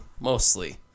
mostly